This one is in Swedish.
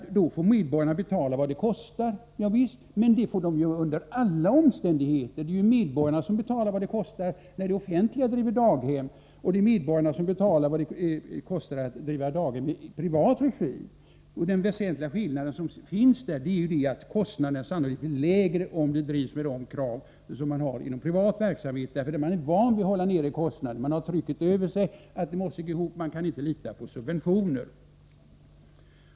Men då får medborgarna betala vad det kostar — ja visst, men det får de ju under alla omständigheter göra. Det är ju medborgarna som betalar vad det kostar när det offentliga driver daghem, och det är medborgarna som betalar vad det kostar att driva daghem i privat regi. Den väsentliga skillnaden är att kostnaderna sannolikt är lägre om daghemmet drivs med de krav som man har inom privat verksamhet, där man är van att hålla nere kostnaderna. Man har trycket över sig att det måste gå ihop, och man kan inte lita till subventioner.